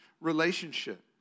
relationship